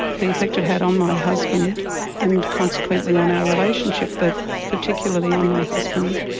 the effect it had on my husband and consequently on our relationship but particularly on my husband,